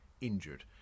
injured